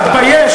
תתבייש,